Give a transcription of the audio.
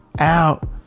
out